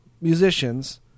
musicians